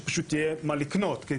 שפשוט יהיה מה לקנות.